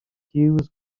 hughes